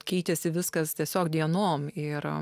keitėsi viskas tiesiog dienom ir